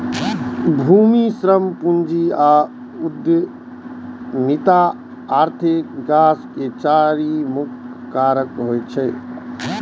भूमि, श्रम, पूंजी आ उद्यमिता आर्थिक विकास के चारि मुख्य कारक होइ छै